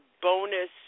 bonus